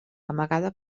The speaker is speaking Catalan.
amagada